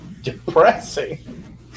depressing